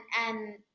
and-